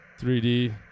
3D